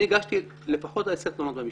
הזה שאני הגשתי לפחות עשר תלונות במשטרה,